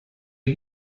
are